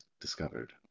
discovered